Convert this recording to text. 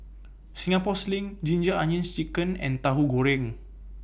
Singapore Sling Ginger Onions Chicken and Tahu Goreng